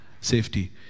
safety